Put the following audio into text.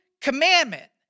commandment